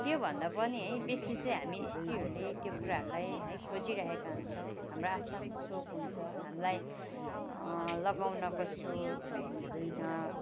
त्योभन्दा पनि है बेसी चाहिँ हामी सत्रीहरूले त्यो कुराहरूलाई खोजिरहेका हुन्छौँ हाम्रा आफ्नो आफ्नो सोख हुन्छ हामीलाई लगाउनको सोख है